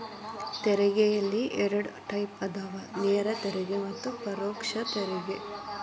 ತೆರಿಗೆಯಲ್ಲಿ ಎರಡ್ ಟೈಪ್ ಅದಾವ ನೇರ ತೆರಿಗೆ ಮತ್ತ ಪರೋಕ್ಷ ತೆರಿಗೆ